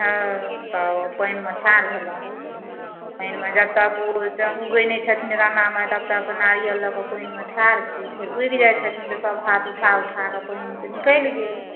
हँ तऽ पानिमे ठाढ़ भेलहुँ पानिमे जब तक ओ उगि नहि छथिन राणा माय तब तक नारियल लएके पानिमे ठाढ़ छी फेर उगि जाइ छथिन तऽ सभ हाथ उठा उठाक पानिमेसंँ निकलि गेल